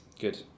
Good